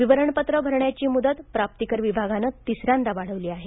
विवरणपत्रं भरण्याची मुदत प्राप्तिकर विभागानं तिसऱ्यांदा वाढवली आहे